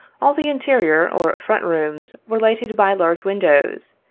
all the interior or front rooms were lighted by large windows,